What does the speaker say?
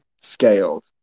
scaled